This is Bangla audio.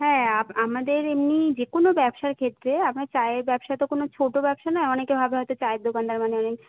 হ্যাঁ আমাদের এমনি যে কোনো ব্যবসার ক্ষেত্রে আপনার চায়ের ব্যবসা তো কোনো ছোটো ব্যবসা নয় অনেকে ভাবে হয়তো চায়ের দোকানদার মানে